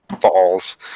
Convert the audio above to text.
falls